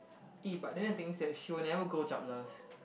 eh but then I think that she will never go jobless